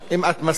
אם את מסכימה,